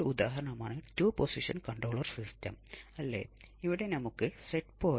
അതായത് 1 RC 60 degree phase മാറ്റം നൽകും